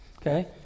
Okay